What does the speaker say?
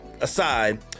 aside